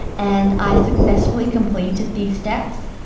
and i successfully completed these steps.